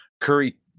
Curry